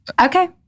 Okay